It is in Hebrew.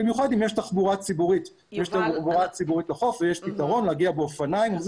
במיוחד אם יש תחבורה ציבורית לחוף ויש פתרון להגיע באופניים.